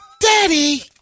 Daddy